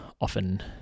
often